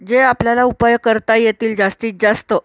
जे आपल्याला उपाय करता येतील जास्तीत जास्त